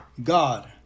God